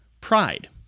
pride